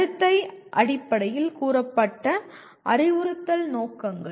நடத்தை அடிப்படையில் கூறப்பட்ட அறிவுறுத்தல் நோக்கங்கள்